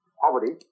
poverty